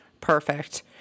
Perfect